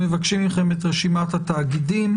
מבקשים מכם את רשימת התאגידים.